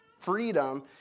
freedom